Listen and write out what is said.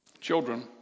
Children